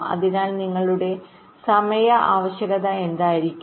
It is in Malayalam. അതിനാൽ നിങ്ങളുടെ സമയ ആവശ്യകത എന്തായിരിക്കും